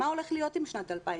מה הולך להיות עם שנת 2020?